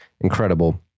incredible